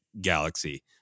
galaxy